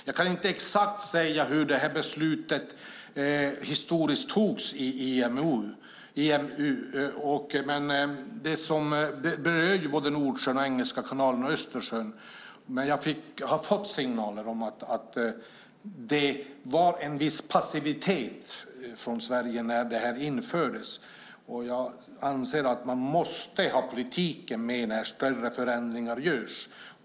Jag kan inte exakt säga hur det här beslutet historiskt togs i IMO. Det berör både Nordsjön, Engelska kanalen och Östersjön, men jag har fått signaler om att det var en viss passivitet från Sverige när det här infördes. Jag anser att man måste ha politiken med när större förändringar görs.